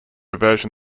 version